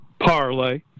parlay